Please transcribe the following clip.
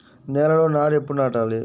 నేలలో నారు ఎప్పుడు నాటాలి?